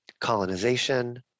colonization